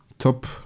top